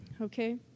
Okay